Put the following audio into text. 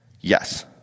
Yes